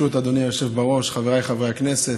אדוני היושב בראש, חבריי חברי הכנסת,